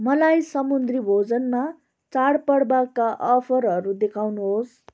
मलाई समुद्री भोजनमा चाडपर्वका अफरहरू देखाउनुहोस्